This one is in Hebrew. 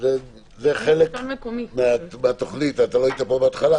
זה חלק מהתוכנית לא היית פה בהתחלה.